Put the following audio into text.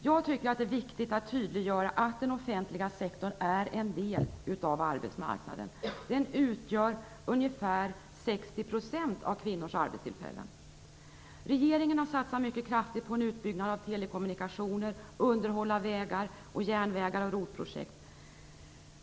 Jag tycker att det är viktigt att tydliggöra att den offentliga sektorn är en del av arbetsmarknaden. Den utgör ungefär 60 % av kvinnors arbetstillfällen. Regeringen har satsat mycket kraftigt på en utbyggnad av telekommunikationer, underhåll av vägar och järnvägar och ROT-projekt.